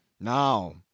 Now